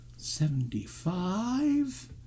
Seventy-five